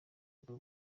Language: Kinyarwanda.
gukora